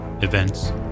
events